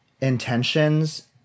intentions